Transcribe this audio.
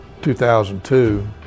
2002